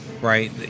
right